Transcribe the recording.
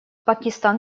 пакистан